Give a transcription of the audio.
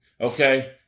okay